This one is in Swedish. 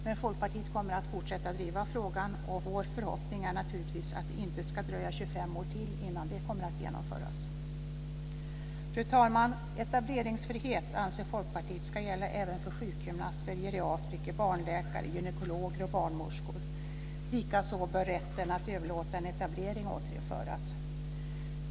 Men Folkpartiet kommer att fortsätta att driva frågan, och vår förhoppning är naturligtvis att det inte ska dröja 25 år till innan detta kommer att genomföras. Fru talman! Folkpartiet anser att etableringsfrihet ska gälla även för sjukgymnaster, geriatriker, barnläkare, gynekologer och barnmorskor. Likaså bör rätten att överlåta en etablering återinföras.